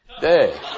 day